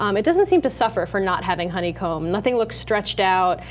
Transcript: um it doesn't seem to suffer for not having honeycomb. nothing looks stretched out,